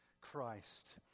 Christ